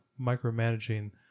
micromanaging